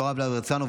יוראי להב הרצנו,